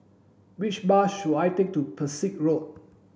which bus should I take to Pesek Road